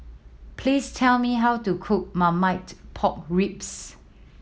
please tell me how to cook Marmite Pork Ribs